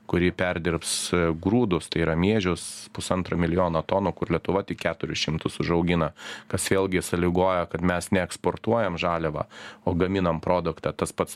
kuri perdirbs grūdus tai yra miežius pusantro milijono tonų kur lietuva tik keturis šimtus užaugina kas vėlgi sąlygoja kad mes ne eksportuojam žaliavą o gaminam produktą tas pats